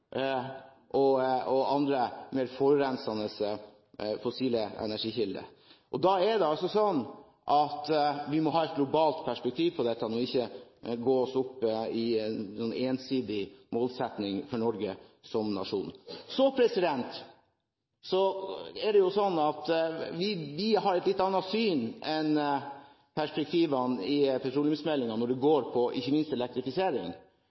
og andre mer forurensende fossile energikilder. Da må vi ha et globalt perspektiv på dette, ikke henge oss opp i en ensidig målsetting for Norge som nasjon. Vi har et litt annet syn når det gjelder perspektivene i petroleumsmeldingen, ikke minst gjelder det elektrifisering. Vi er veldig tydelig på at dersom man skal elektrifisere installasjoner på sokkelen, må det